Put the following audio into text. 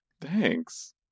Thanks